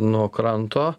nuo kranto